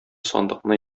сандыкны